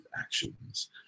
actions